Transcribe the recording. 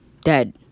dead